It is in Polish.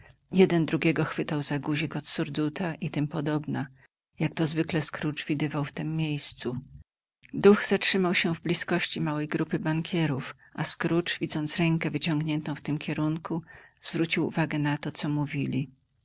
jeden drugiego chwytał za guzik od surduta i t p jak to zwykle scrooge widywał w tem miejscu duch zatrzymał się w blizkości małej grupy bankierów a scrooge widząc rękę wyciągniętą w tym kierunku zwrócił uwagę na to co mówili